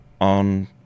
on